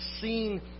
seen